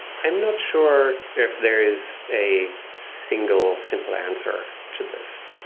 i'm not sure if there is a single simple answer to this,